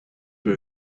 were